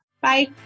Bye